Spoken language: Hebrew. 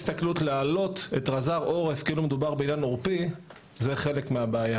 ההסתכלות להעלות את רז"ר עורף כאילו מדובר בעניין עורפי זה חלק מהבעיה.